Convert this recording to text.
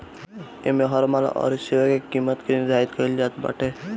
इमे हर माल अउरी सेवा के किमत के निर्धारित कईल जात बाटे